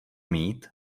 mít